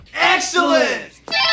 Excellent